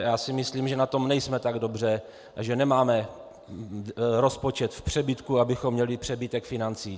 Já si myslím, že na tom nejsme tak dobře a že nemáme rozpočet v přebytku, abychom měli přebytek financí.